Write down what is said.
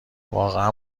واقعا